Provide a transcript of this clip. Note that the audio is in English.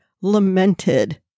lamented